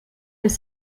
les